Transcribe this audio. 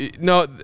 no